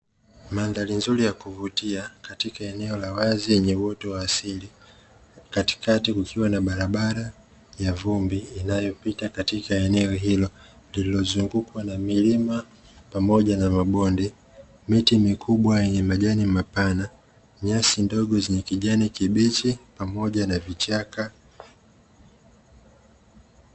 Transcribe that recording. Mandhari nzuri ya kuvutia katika eneo la wazi yenye uoto wa asili, katikati kukiwa na barabara ya vumbi inayopita katika eneo hilo lililozungukwa na milima pamoja na mabonde, miti mikubwa yenye majani mapana, nyasi ndogo zenye kijani kibichi pamoja na vichaka.